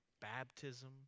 baptism